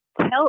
tell